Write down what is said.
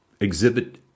exhibit